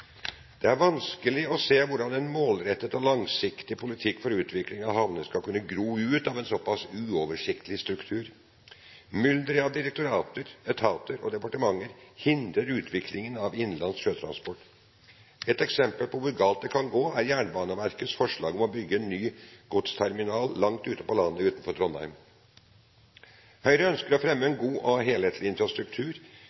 Det er vanskelig å se hvordan en målrettet og langsiktig politikk for utvikling av havner skal kunne gro ut av en såpass uoversiktlig struktur. Mylderet av direktorater, etater og departementer hindrer utviklingen av innenlands sjøtransport. Et eksempel på hvor galt det kan gå, er Jernbaneverkets forslag om å bygge en ny godsterminal langt ute på landet utenfor Trondheim. Høyre ønsker å fremme en